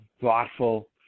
thoughtful